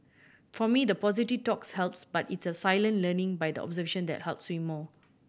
for me the positive talks helps but it's the silent learning by observation that helps me more